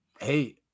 hey